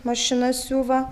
mašina siuva